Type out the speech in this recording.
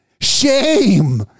shame